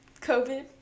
COVID